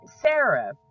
Sarah